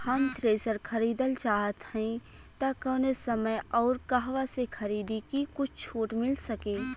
हम थ्रेसर खरीदल चाहत हइं त कवने समय अउर कहवा से खरीदी की कुछ छूट मिल सके?